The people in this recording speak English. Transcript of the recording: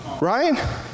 Right